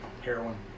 Heroin